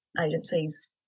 agencies